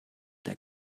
der